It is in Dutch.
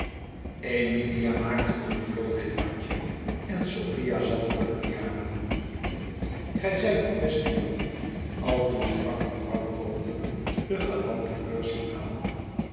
emilia maakte een horlogebandje en sophia zat voor de piano gij zijt een beste jongen aldus sprak mevrouw taunton den galanten percy aan